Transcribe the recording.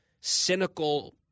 cynical